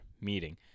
meeting